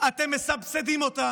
אתם מסבסדים אותם,